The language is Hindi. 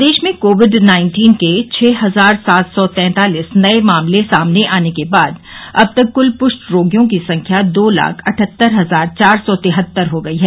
प्रदेश में कोविड नाइन्टीन के छः हजार सात सौ तैंतालिस नये मामले सामने आने के बाद अब तक क्ल पुष्ट रोगियों की संख्या दो लाख अठहत्तर हजार चार सौ तिहत्तर हो गई है